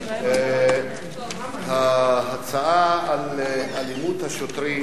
אני אנצל את הזמן, עד שתגיע,